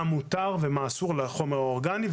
מותר ומה אסור בנוגע לחומר האורגני.